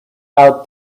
out